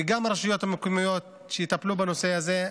וגם הרשויות המקומיות, לטפל בנושא הזה.